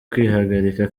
kwihagarika